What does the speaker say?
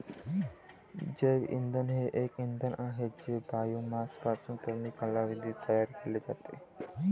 जैवइंधन हे एक इंधन आहे जे बायोमासपासून कमी कालावधीत तयार केले जाते